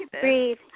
Breathe